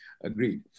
Agreed